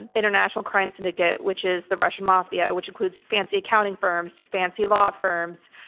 and international crime syndicate, which is the russian mafia, which includes fancy accounting firms, fancy law firms,